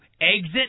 exit